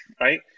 Right